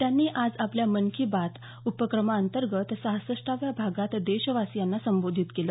त्यांनी आज आपल्या मन की बात उपक्रमांतर्गत सहासष्टाव्या भागात देशवासीयांना संबोधित केलं